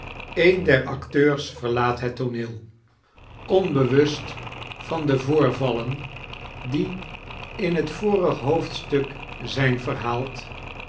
een der acteurs verlaat het tooneel onbewust van de voorvallen die in het vorig hoofdstuk zijn verhaald